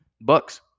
Bucks